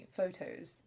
photos